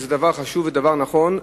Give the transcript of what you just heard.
וזה דבר חשוב ודבר נכון,